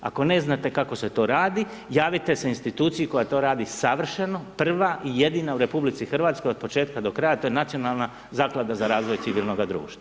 Ako ne znate kako se to rad, javite instituciji koja to radi savršeno, prva i jedina u RH od početka do kraja a to je Nacionalna zaklada za razvoj civilnoga društva.